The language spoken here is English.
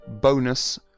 bonus